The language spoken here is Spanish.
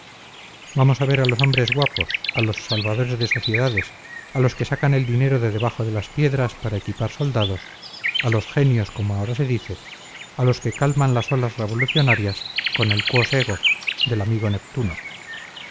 vamos a ver a los hombres guapos a los salvadores de sociedades a los que sacan el dinero de debajo de las piedras para equipar soldados a los genios como ahora se dice a los que calman las olas revolucionarias con el quos ego del amigo neptuno